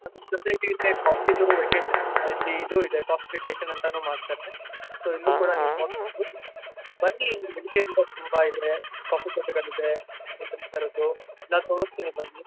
ಅದ್ರ ಜೊತೆಗೆ ಇಲ್ಲೇ ಕಾಫಿಯದು ವೆಕೇಷನ್ಸ್ ಅಲ್ಲಿ ಇದು ಇದೆ ಕಾಫಿ ವೆಕೇಷನ್ ಅಂತಲೂ ಮಾಡ್ತಾರೆ ಸೊ ಇಲ್ಲೂ ಕೂಡ ನೀವು ನೋಡ್ಬೋದು ಬನ್ನಿ ಇಲ್ಲಿ ಮಡಿಕೇರಿಯಲ್ಲೇ ತುಂಬ ಇದೆ ಕಾಫಿ ತೋಟಗಳಿದೆ ಈ ಥರದ್ದು ಎಲ್ಲ ತೋರಿಸ್ತೀನಿ ಬನ್ನಿ